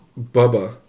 bubba